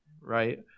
Right